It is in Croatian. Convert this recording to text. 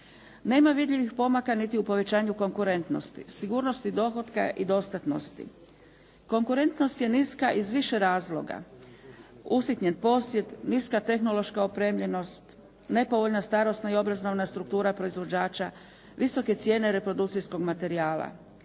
Nema vidljivih pomaka niti u povećanju konkurentnosti, sigurnosti dohotka i dostatnosti. Konkurentnost je niska iz više razloga, usitnjen posjed, niska tehnološka opremljenost, nepovoljna starosna i obrazovna struktura proizvođača, visoke cijene reprodukcijskog materijala.